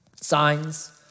signs